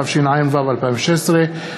התשע"ו 2016,